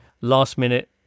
last-minute